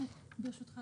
ברשותך,